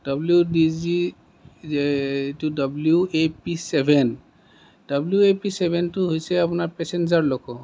W D G এইটো W A P seven W A P চেভেনটো হৈছে আপোনাৰ পেছেঞ্জাৰ লক'